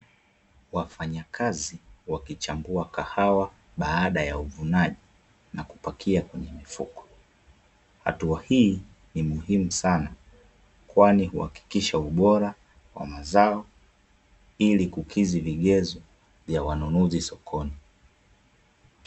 Wafanyakazi wakichambua kahawa baada ya uvunaji na kupakia kwenye mifuko, hatua hii ni muhimu sana kwani huhakikisha ubora wa mazao ili kukidhi vigezo vya wanunuzi sokoni.